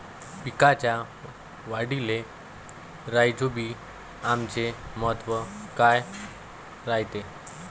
पिकाच्या वाढीले राईझोबीआमचे महत्व काय रायते?